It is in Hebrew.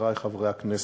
חברי חברי הכנסת,